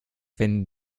wenn